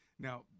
Now